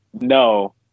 no